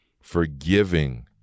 Forgiving